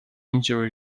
injury